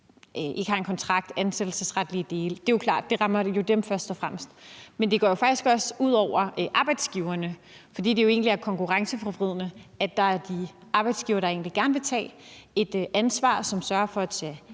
ikke har en kontrakt eller andre ansættelsesretlige dele. Det er jo klart, at det først og fremmest rammer dem. Men det går jo faktisk også ud over arbejdsgiverne, fordi det jo egentlig er konkurrenceforvridende, at der er arbejdsgivere, som egentlig gerne vil tage et ansvar, som sørger for lærlinge,